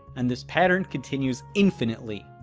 and this pattern continues infinitely.